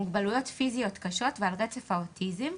מוגבלויות פיזיות קשות ועל רצף האוטיזם,